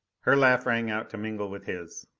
her laugh rang out to mingle with his.